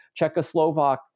Czechoslovak